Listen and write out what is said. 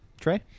Trey